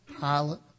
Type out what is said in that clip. Pilot